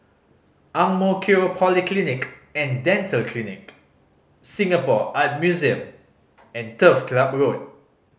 Ang Mo Kio Polyclinic and Dental Clinic Singapore Art Museum and Turf Club Road